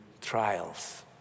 trials